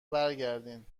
برگردین